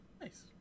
Nice